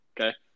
okay